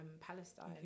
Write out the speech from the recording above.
Palestine